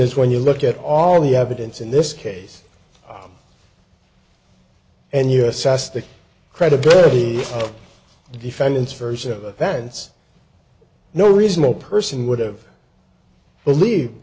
is when you look at all the evidence in this case and you assess the credibility of the defendant's version of events no reasonable person would have believed